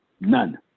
None